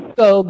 go